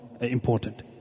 important